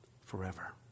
forever